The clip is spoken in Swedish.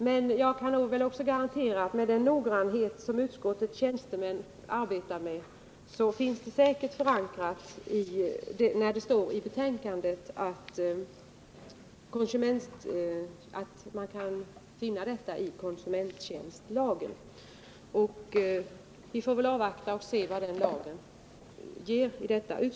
Men jag kan också garantera — med hänsyn till den noggrannhet som utskottets tjänstemän arbetar med — att det är säkert förankrat när det står i betänkandet att man kan finna detta i konsumenttjänstlagen. Vi får väl avvakta vad den lagen ger i detta avseende.